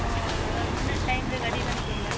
ᱚᱻ ᱟᱫᱚ ᱛᱤᱱᱟ ᱴᱟᱭᱤᱢ ᱨᱮ ᱜᱟᱹᱰᱤᱵᱤᱱ ᱠᱳᱞᱟ